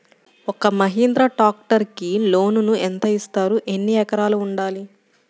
ఒక్క మహీంద్రా ట్రాక్టర్కి లోనును యెంత ఇస్తారు? ఎన్ని ఎకరాలు ఉండాలి?